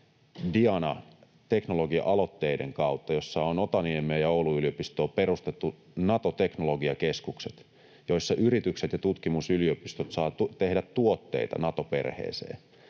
DIANA teknologia-aloitteiden kautta, jossa on Otaniemeen ja Oulun yliopistoon perustettu Nato-teknologiakeskukset, joissa yritykset ja tutkimusyliopistot saavat tehdä tuotteita Nato-perheeseen.